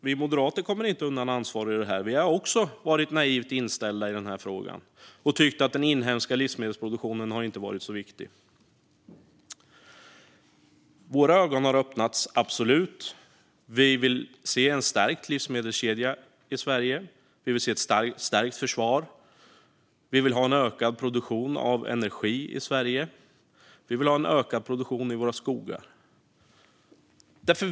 Vi moderater kommer inte undan ansvar - vi har också varit naivt inställda i den här frågan och tyckt att den inhemska livsmedelsproduktionen inte varit så viktig. Våra ögon har öppnats, absolut. Vi vill se en stärkt livsmedelskedja i Sverige och ett stärkt försvar. Vi vill ha en ökad produktion av energi i Sverige och ökad produktion i skogarna.